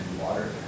water